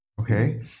Okay